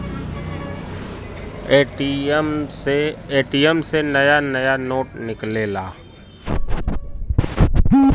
ATM से नया नया नोट निकलेला